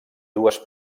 dues